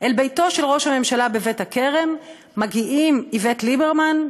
אל ביתו של ראש הממשלה בבית-הכרם מגיעים איווט ליברמן,